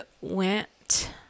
went